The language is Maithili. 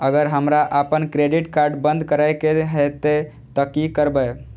अगर हमरा आपन क्रेडिट कार्ड बंद करै के हेतै त की करबै?